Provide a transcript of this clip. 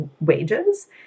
wages